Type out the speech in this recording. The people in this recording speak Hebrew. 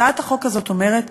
הצעת החוק הזאת אומרת,